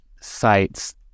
sites